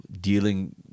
dealing